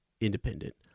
independent